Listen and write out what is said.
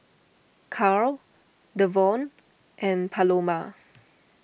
Carl Devaughn and Paloma